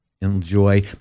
enjoy